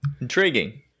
Intriguing